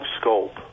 scope